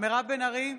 מירב בן ארי,